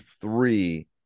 three